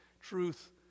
truth